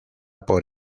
por